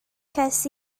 ces